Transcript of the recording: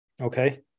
Okay